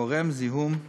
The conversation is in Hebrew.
גורם זיהום בפגים.